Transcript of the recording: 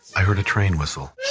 i heard a train whistle